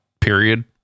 period